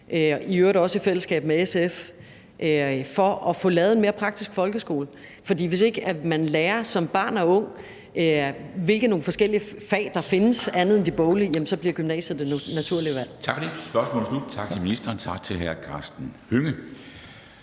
i øvrigt også i fællesskab med SF, for at få lavet en mere praktisk folkeskole. For hvis ikke man som barn og ung lærer, hvilke andre forskellige fag der findes end de boglige, så bliver gymnasiet det naturlige valg.